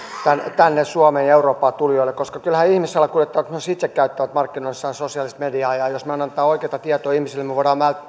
tänne suomeen ja eurooppaan tulijoille koska kyllähän ihmissalakuljettajat myös itse käyttävät markkinoinnissaan sosiaalista mediaa ja jos me annamme oikeata tietoa ihmisille me voimme